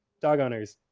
dog owners,